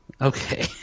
Okay